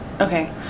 Okay